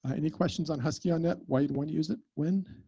any questions on husky onnet, why you'd want to use it, when?